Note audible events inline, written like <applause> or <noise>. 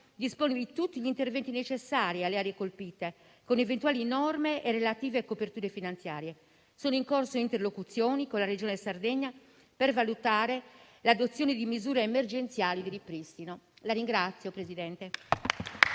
predisporre tutti gli interventi necessari alle aree colpite con eventuali norme e relative coperture finanziarie. Sono in corso interlocuzioni con la Regione Sardegna per valutare l'adozione di misure emergenziali di ripristino. <applause>